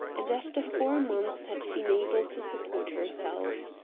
and after four months had been able to support herself.